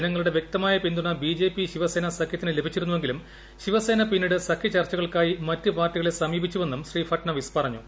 ജനങ്ങളുടെ വ്യക്തമായ പിന്തുണ ബി ജെ പി ശിവസേന സഖ്യത്തിന് ലഭിച്ചിരുന്നെങ്കിലും ശിവസേന പിന്നീട് സഖ്യ ചർച്ചകൾക്കായി മറ്റു പാർട്ടികളെ സമീപിച്ചുവെന്നും ശ്രീ ഫട്നാവിസ് പറഞ്ഞു